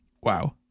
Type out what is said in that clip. Wow